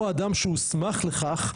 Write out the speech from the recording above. או אדם שהוסמך לכך,